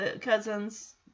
cousins